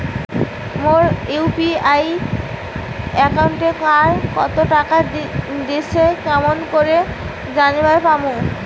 মোর UPI একাউন্টে কায় কতো টাকা দিসে কেমন করে জানিবার পামু?